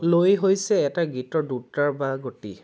লয় হৈছে এটা গীতৰ দ্ৰুততা বা গতি